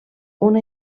una